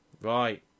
Right